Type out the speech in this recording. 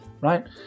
right